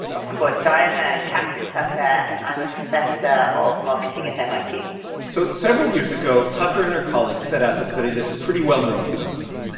of course. i am ah catherine tucker, and i'm a professor of marketing at mit so several years ago, tucker and her colleagues set out to study this pretty well-known phenomenon.